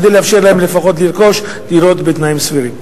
כדי לאפשר להם לפחות לרכוש דירות בתנאים סבירים.